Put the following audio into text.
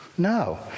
No